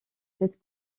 cette